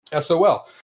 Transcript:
SOL